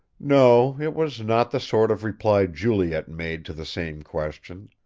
no, it was not the sort of reply juliet made to the same question.